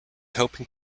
hoping